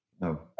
no